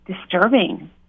disturbing